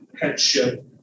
headship